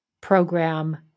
program